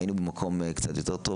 היינו במקום קצת יותר טוב.